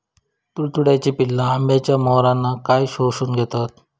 तुडतुड्याची पिल्ला आंब्याच्या मोहरातना काय शोशून घेतत?